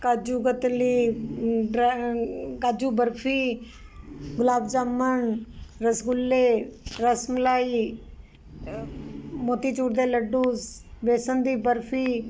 ਕਾਜੂ ਕਤਲੀ ਕਾਜੂ ਬਰਫ਼ੀ ਗੁਲਾਬ ਜਾਮਨ ਰਸਗੁੱਲੇ ਰਸਮਲਾਈ ਮੋਤੀ ਚੂਰ ਦੇ ਲੱਡੂਸ ਬੇਸਣ ਦੀ ਬਰਫ਼ੀ